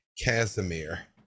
Casimir